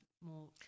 more